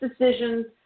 decisions